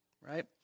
right